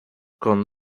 con